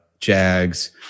Jags